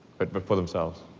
but but for themselves.